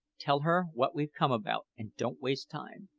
tell her what we've come about, and don't waste time.